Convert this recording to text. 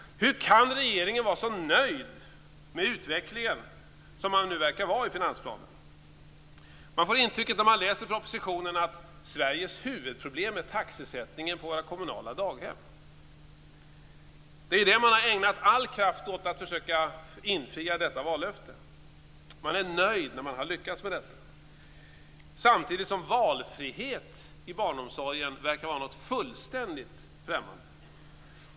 Hur kan regeringen vara så nöjd med utvecklingen som den nu verkar vara i finansplanen? Man får intrycket när man läser propositionen att Sveriges huvudproblem är taxesättningen på våra kommunala daghem. Man har ägnat all kraft åt att försöka infria detta vallöfte, och man är nöjd när man har lyckats med detta. Samtidigt verkar valfrihet i barnomsorgen vara något fullständigt främmande.